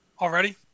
already